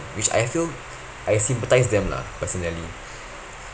which I feel I sympathise them lah personally